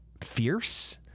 fierce